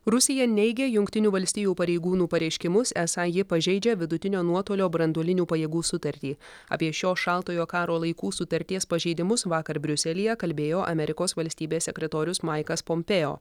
rusija neigia jungtinių valstijų pareigūnų pareiškimus esą ji pažeidžia vidutinio nuotolio branduolinių pajėgų sutartį apie šio šaltojo karo laikų sutarties pažeidimus vakar briuselyje kalbėjo amerikos valstybės sekretorius maiklas pompėo